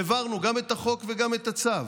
העברנו גם את החוק וגם את הצו.